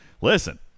listen